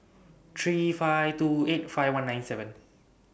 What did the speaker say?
three five two eight five one nine seven